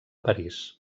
parís